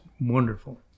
Wonderful